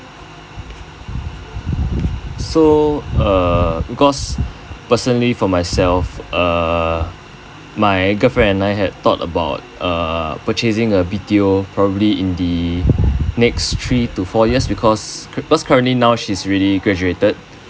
so uh because personally for myself uh my girlfriend and I had thought about uh purchasing a B_T_O probably in the next three to four years because because currently now she is already graduated